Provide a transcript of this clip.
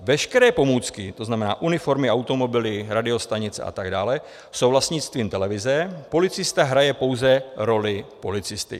Veškeré pomůcky, to znamená uniformy, automobily, radiostanice atd. jsou vlastnictvím televize, policista hraje pouze roli policisty.